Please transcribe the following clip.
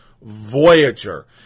Voyager